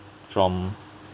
from